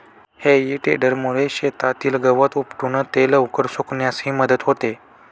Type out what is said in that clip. हेई टेडरमुळे शेतातील गवत उपटून ते लवकर सुकण्यासही मदत होते